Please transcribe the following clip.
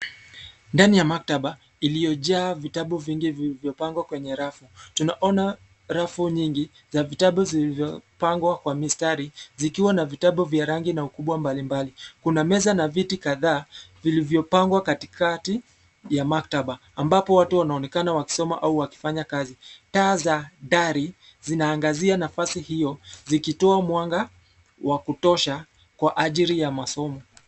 Ndani ya maktaba iliyojaa vitabu vingi vilivyopangwa kwenye rafu. Tunaona rafu nyingi za vitabu zilizopangwa kwa mistari zikiwa na vitabu vya rangi na ukubwa mbalimbali. Kuna meza na viti kadhaa vilivyo pangwa katikati ya maktaba ambapo watu wanaonekana wakisoma au wakifanya kazi. Taa za dari zinaangazia nafasi hiyo, zikitoa mwanga wa kutosha kwa ajili ya masomo.